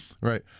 Right